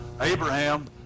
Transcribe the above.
Abraham